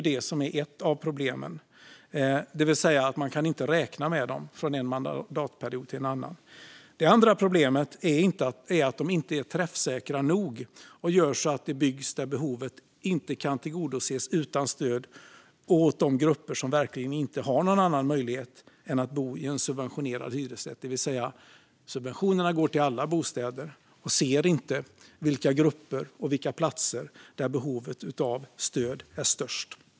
Det är ett av problemen: Man kan inte räkna med dem från en mandatperiod till en annan. Det andra problemet är att de inte är träffsäkra nog att göra så att det byggs där behovet inte kan tillgodoses utan stöd och för de grupper som verkligen inte har någon annan möjlighet än att bo i en subventionerad hyresrätt, det vill säga subventionerna går till alla bostäder och inte till de grupper och platser där behovet av stöd är störst.